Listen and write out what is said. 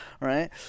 right